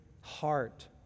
heart